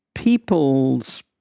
people's